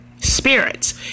spirits